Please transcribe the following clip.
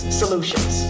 solutions